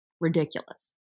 ridiculous